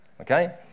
okay